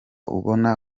ubona